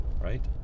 right